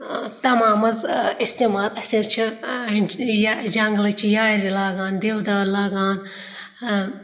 تَمام حظ استعمال اَسہِ حظ چھِ یہِ جنٛگلٕچ یارِ لاگان دِودار لاگان